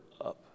up